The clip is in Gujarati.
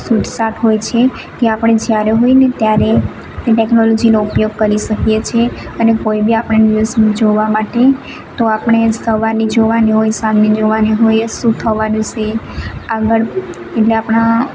છૂટછાટ હોય છે કે આપણે જ્યારે હોયને ત્યારે એ ટેક્નોલોજીનો ઉપયોગ કરી શકીએ છીએ અને કોઈ બી આપણે ન્યૂઝને જોવા માટે તો આપણે સવારની જોવાની હોય સાંજની જોવાની હોય શું થવાનું છે આગળ એટલે આપણા